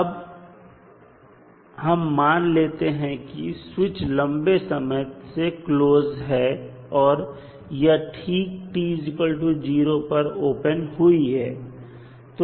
अब हम मान लेते हैं की स्विच लंबे समय से क्लोज है और यह ठीक t0 पर ओपन हुई है